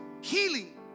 healing